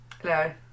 Hello